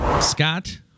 Scott